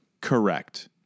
Correct